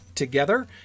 together